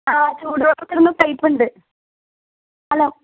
ആ ചൂടുവെള്ളം വരുന്ന പൈപ്പ്ണ്ട് ഹലോ